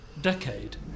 decade